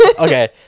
Okay